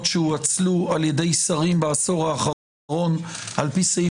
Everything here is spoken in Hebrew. שהואצלו על ידי שרים בעשור האחרון על פי סעיף